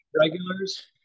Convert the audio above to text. regulars